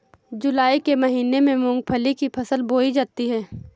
जूलाई के महीने में मूंगफली की फसल बोई जाती है